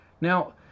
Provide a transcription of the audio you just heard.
Now